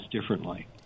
differently